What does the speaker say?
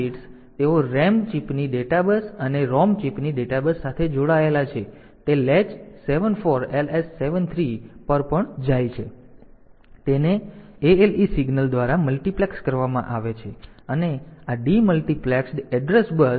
તેથી આ 8 બિટ્સ તેઓ RAM ચિપની ડેટા બસ અને ROM ચિપની ડેટા બસ સાથે જોડાયેલા છે અને તે લેચ 74LS73 લેચ પર પણ જાય છે જ્યાં તેને ALE સિગ્નલ દ્વારા મલ્ટિપ્લેક્સ કરવામાં આવે છે અને આ ડિમલ્ટિપ્લેક્સ્ડ એડ્રેસ બસ આ છે